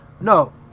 No